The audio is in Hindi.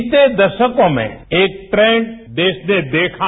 बीते दशकों में एक ट्रेंड देशने देखा